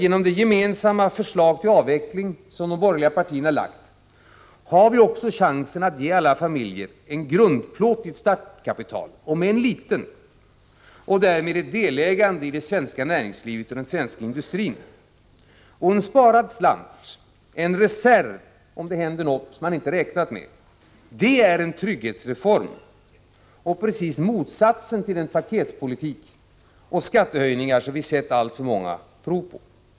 Genom det gemensamma förslaget till avveckling som de borgerliga partierna har lagt fram har vi också chansen att ge alla familjer en grundplåt, om än liten, i ett sparkapital och därmed ett delägande i det svenska näringslivet och den svenska industrin. En sparad slant, en reserv om det händer något som man inte räknat med, är en trygghetsreform. Det är precis motsatsen till den paketpolitik och de skattehöjningar som vi har sett alltför många prov på.